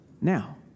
Now